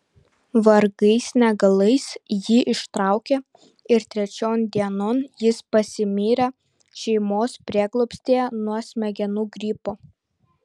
vargais negalais jį ištraukė ir trečion dienon jis pasimirė šeimos prieglobstyje nuo smegenų gripo